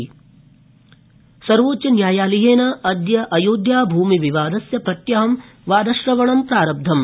सर्वोच्चन्यायालय अयोध्या सर्वोच्चन्यायालयेन अद्य अयोध्या भूमिविवादस्य प्रत्यह वादश्रवणं प्रारब्धम्